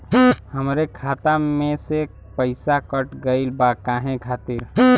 हमरे खाता में से पैसाकट गइल बा काहे खातिर?